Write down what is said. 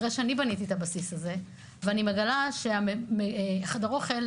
אחרי שאני בניתי את הבסיס ומגלה שחדר אוכל